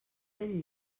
del